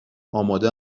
آماده